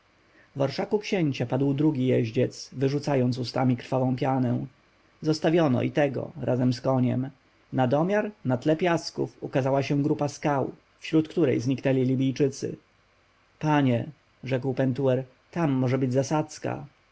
orszaku księcia padł drugi jeździec wyrzucając ustami krwawą pianę zostawiono i tego razem z koniem nadomiar na tle piasków ukazała się grupa skał wśród której zniknęli libijczycy panie rzekł pentuer tam może być zasadzka